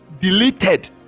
deleted